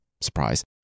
surprise